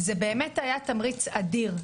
זה באמת היה תמריץ אדיר.